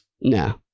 No